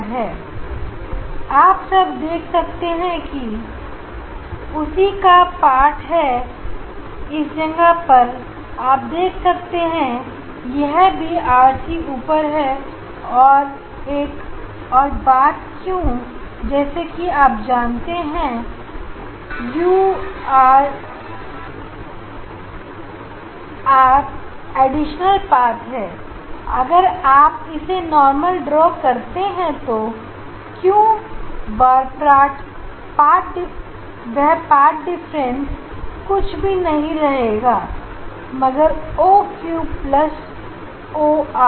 अब आप देख सकते हैं कि यह उसी का पाठ है इस जगह पर आप देख सकते हैं यह भी आरसी ऊपर है अब एक और बात क्यू आर जैसा कि आप जानते हैं यू आर एडिशनल पात है अगर आप इसे नॉर्मल ड्रॉ करें तो क्यों वार्पाठ डिफरेंस कुछ भी नहीं रहेगा मगर O Q plus O are